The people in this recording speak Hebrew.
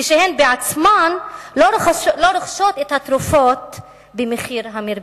כשהן עצמן לא רוכשות את התרופות במחיר המרבי.